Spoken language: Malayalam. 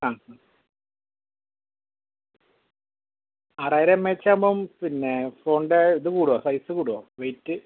ആ ആറായിരം എം എച്ചാകുമ്പം പിന്നെ ഫോണിൻ്റെ ഇത് കൂടുമോ സൈസ് കൂടുമോ വെയിറ്റ്